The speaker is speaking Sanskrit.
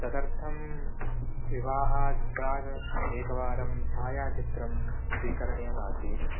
तदर्थं विवाहात् प्राग् एकवारं छायाचित्रं स्वीकरणीयमासीत्